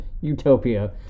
utopia